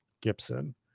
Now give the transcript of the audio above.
Gibson